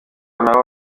nabo